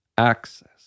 Access